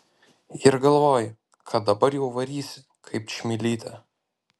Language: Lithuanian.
ir galvoji kad dabar jau varysi kaip čmilytė